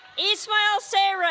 ismael sere